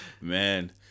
man